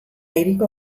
hiriko